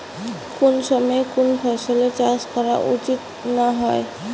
কুন সময়ে কুন ফসলের চাষ করা উচিৎ না হয়?